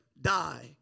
die